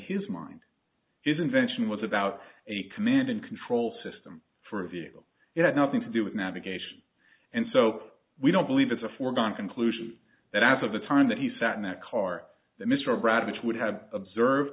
his mind his invention was about a command and control system for a vehicle you know nothing to do with navigation and so we don't believe it's a foregone conclusion that as of the time that he sat in that car that mr ravitch would have observed